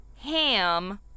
ham